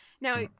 Now